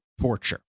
torture